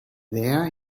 there